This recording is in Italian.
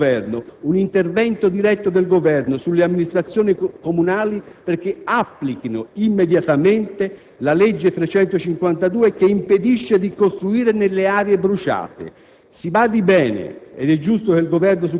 Qui si deve accelerare - è una richiesta precisa - un intervento diretto del Governo sulle amministrazioni comunali perché applichino immediatamente la legge n. 353 del 2000, che impedisce di costruire sulle aree bruciate.